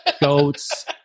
goats